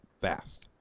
fast